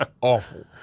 awful